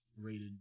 rated